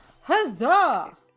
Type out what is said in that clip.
Huzzah